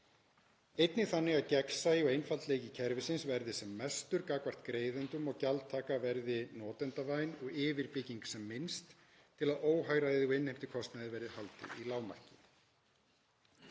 Einnig þannig að gagnsæi og einfaldleiki kerfisins verði sem mestur gagnvart greiðendum og að gjaldtaka verði notendavæn og yfirbygging sem minnst til að óhagræði og innheimtukostnaði verði haldið í lágmarki.